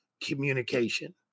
communication